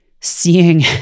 seeing